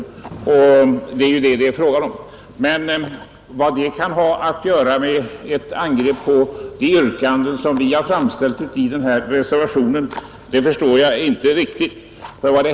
Det är ju vad det här är fråga om. Men vad detta kan ha att göra med ett angrepp på de yrkanden som vi har framställt i vår reservation förstår jag inte riktigt.